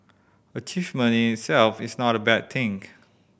achievement in itself is not a bad thing